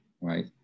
right